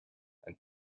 and